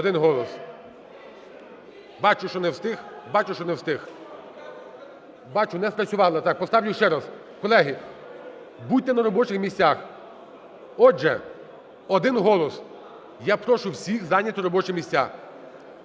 у залі) Бачу, що не встиг. Бачу, що не встиг. (Шум у залі) Бачу. Не спрацювала. Так, поставлю ще раз. Колеги, будьте на робочих місцях. Отже, один голос. Я прошу всіх зайняти робочі місця.